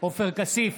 עופר כסיף,